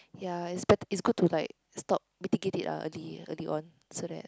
ya it's better it's good to like stop mitigate it lah early early on so that